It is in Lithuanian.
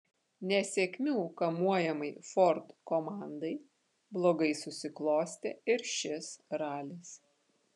nesėkmių kamuojamai ford komandai blogai susiklostė ir šis ralis